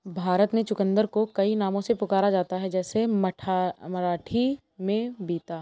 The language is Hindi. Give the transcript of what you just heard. भारत में चुकंदर को कई नामों से पुकारा जाता है जैसे मराठी में बीता